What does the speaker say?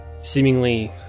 seemingly